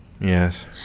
Yes